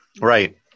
right